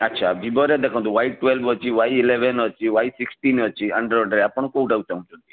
ଆଚ୍ଛା ଭିବୋରେ ଦେଖନ୍ତୁ ୱାଇ ଟ୍ୱେଲେଭ୍ ଅଛି ୱାଇ ଇଲେଭେନ୍ ଅଛି ୱାଇ ସିକ୍ସଟିନ୍ ଅଛି ଆଣ୍ଡ୍ରଏଡ଼୍ ରେ ଆପଣ କୋଉଟାକୁ ଚାହୁଁଛନ୍ତି